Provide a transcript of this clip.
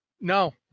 no